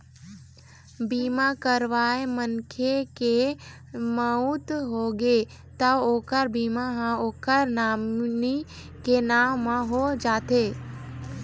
बीमा करवाए मनखे के मउत होगे त ओखर बीमा ह ओखर नामनी के नांव म हो जाथे